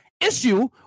issue